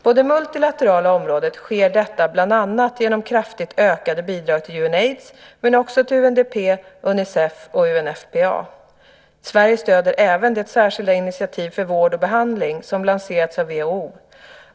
På det multilaterala området sker detta bland annat genom kraftigt ökade bidrag till UNAIDS men också till UNDP, Unicef och UNFPA. Sverige stöder även det särskilda initiativ för vård och behandling som lanserats av WHO.